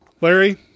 Larry